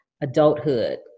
adulthood